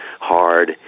hard